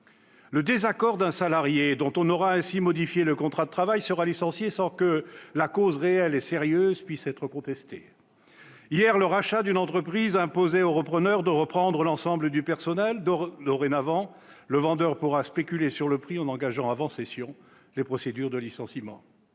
de désaccord d'un salarié dont on aura ainsi modifié le contrat de travail, celui-ci pourra être licencié sans que le caractère « réel et sérieux » du motif puisse être contesté. Hier, le rachat d'une entreprise imposait au repreneur de reprendre l'ensemble du personnel. Dorénavant, le vendeur pourra spéculer sur le prix en engageant, avant cession, les procédures de licenciement.